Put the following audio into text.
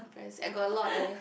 embarass I got a lot eh